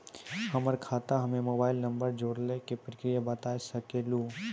हमर खाता हम्मे मोबाइल नंबर जोड़े के प्रक्रिया बता सकें लू?